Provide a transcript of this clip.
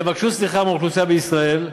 תבקשו סליחה מהאוכלוסייה בישראל,